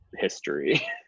history